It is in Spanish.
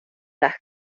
las